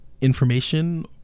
information